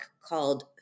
called